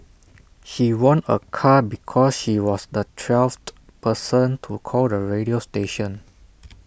she won A car because she was the twelfth person to call the radio station